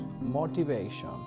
motivation